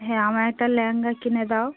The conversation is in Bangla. হ্যাঁ আমার একটা লেহেঙ্গা কিনে দাও